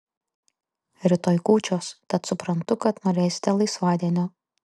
rytoj kūčios tad suprantu kad norėsite laisvadienio